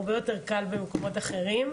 הרבה יותר קל במקומות אחרים.